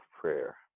prayer